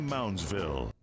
Moundsville